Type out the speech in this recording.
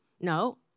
no